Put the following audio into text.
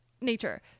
nature